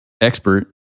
expert